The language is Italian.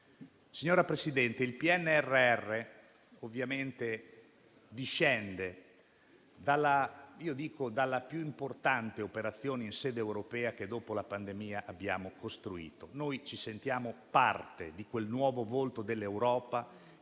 Signora Presidente, il PNRR discende da quella che considero la più importante operazione in sede europea che dopo la pandemia abbiamo costruito. Noi ci sentiamo parte di quel nuovo volto dell'Europa